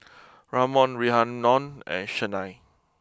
Ramon Rhiannon and Chynna